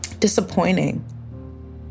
disappointing